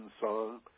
song